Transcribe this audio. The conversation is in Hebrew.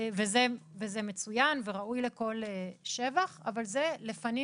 זה מצוין וראוי לכל שבח, אבל זה לפנים